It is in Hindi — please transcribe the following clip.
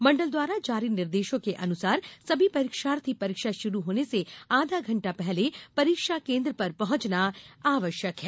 मंडल द्वारा जारी निर्देशो के अनुसार सभी परीक्षार्थी परीक्षा शुरू होने से आधा घंटे पहले परीक्षा केंद्र पर पहुंचना आवश्यक हैं